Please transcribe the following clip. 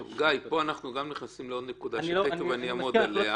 פה אנחנו נכנסים לעוד נקודה שתיכף אני אעמוד עליה.